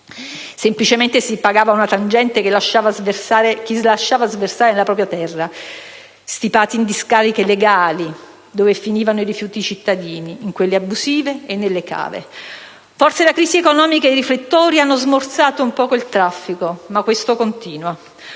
semplicemente si pagava una tangente che lasciava sversare nella propria terra, stipati in discariche legali dove finivano i rifiuti cittadini, in quelle abusive, nelle cave». Forse la crisi economica e i riflettori hanno smorzato un poco il traffico, ma questo continua.